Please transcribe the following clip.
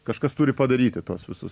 kažkas turi padaryti tuos visus